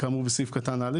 כאמור בסעיף קטן (א),